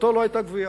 מטרתו לא היתה גבייה.